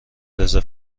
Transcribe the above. رزرو